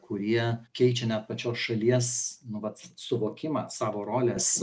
kurie keičia net pačios šalies nu vat suvokimą savo rolės